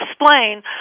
explain